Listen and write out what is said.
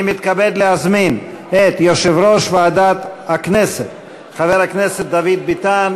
אני מתכבד להזמין את יושב-ראש ועדת הכנסת חבר הכנסת דוד ביטן,